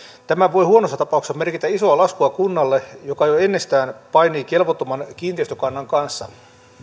tämä voi huonossa tapauksessa merkitä isoa laskua kunnalle joka jo ennestään painii kelvottoman kiinteistökannan kanssa